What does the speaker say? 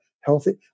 healthy